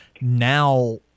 Now